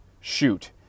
shoot